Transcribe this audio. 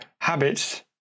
habits